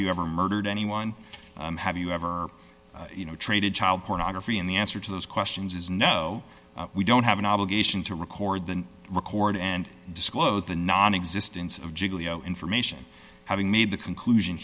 you ever murdered anyone have you ever you know traded child pornography and the answer to those questions is no we don't have an obligation to record the record and disclose the nonexistence of giglio information having made the conclusion